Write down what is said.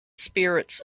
spirits